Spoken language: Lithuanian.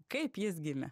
kaip jis gimė